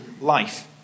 life